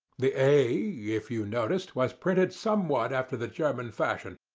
the a, if you noticed, was printed somewhat after the german fashion.